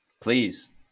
Please